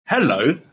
Hello